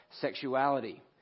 sexuality